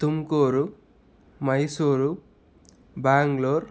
Tumkur Mysore Bangalore